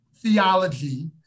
theology